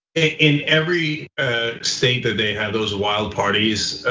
in every state that they have those wild parties,